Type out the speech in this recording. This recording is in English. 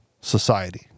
society